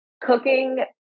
cooking